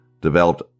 developed